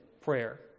prayer